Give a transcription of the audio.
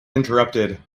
interrupted